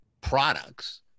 products